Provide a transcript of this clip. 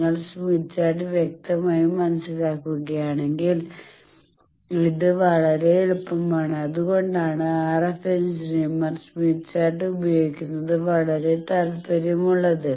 നിങ്ങൾ Smith chart വ്യക്തമായി മനസ്സിലാക്കുകയാണെങ്കിൽ ഇത് വളരെ എളുപ്പമാണ് അതുകൊണ്ടാണ് RF എഞ്ചിനീയർമാർക്ക് സ്മിത്ത് ചാർട്ട് ഉപയോഗിക്കുന്നതിൽ വളരെ താല്പര്യമുള്ളത്